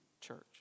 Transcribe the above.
church